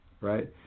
right